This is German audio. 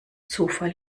zufall